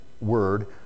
word